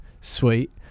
sweet